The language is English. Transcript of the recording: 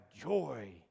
joy